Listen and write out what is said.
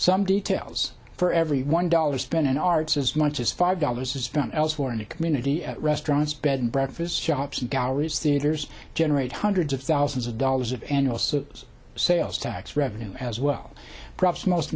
some details for every one dollar spent in arts as much as five dollars is spent elsewhere in the community at restaurants bed and breakfasts shops and galleries theaters generate hundreds of thousands of dollars of annual so sales tax revenue as well perhaps